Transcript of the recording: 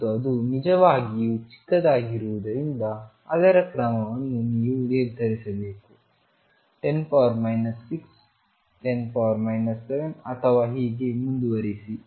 ಮತ್ತು ಅದು ನಿಜವಾಗಿಯೂ ಚಿಕ್ಕದಾಗಿರುವುದರಿಂದ ಅದರ ಕ್ರಮವನ್ನು ನೀವು ನಿರ್ಧರಿಸಬೇಕು 10−610−7 ಅಥವಾ ಹೀಗೆ ಮುಂದುವರಿಸಿ